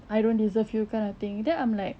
I don't deserve you kind of thing then I'm like